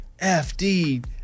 FD